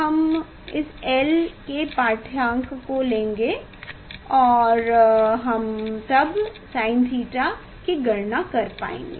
हम इस l का पाढ़यांक लेंगे और तब हम Sin𝛉 की गणना कर पाएंगे